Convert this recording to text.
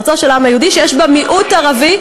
ארצו של העם היהודי שיש בה מיעוט ערבי,